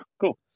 cool